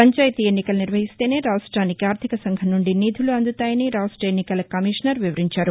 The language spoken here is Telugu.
పంచాయితీ ఎన్నికలు నిర్వహిస్తేనే రాష్ట్రానికి ఆర్థిక సంఘం నుండి నిధులు అందుతాయని రాష్ట ఎన్నికల కమిషనర్ వివరించారు